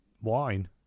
wine